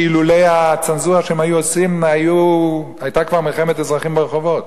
ואילולא הצנזורה שהם עושים היתה כבר מלחמת אזרחים ברחובות.